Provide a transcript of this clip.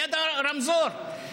ליד הרמזור?